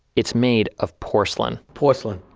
it's made of porcelain. porcelain.